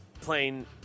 playing